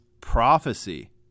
prophecy